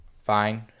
Fine